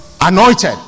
anointed